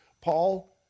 Paul